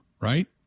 right